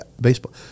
baseball